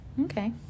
Okay